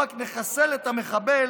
מרכיב אחד זה להרוס את הבית של המחבל.